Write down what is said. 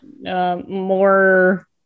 more